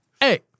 Hey